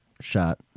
shot